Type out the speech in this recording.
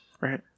right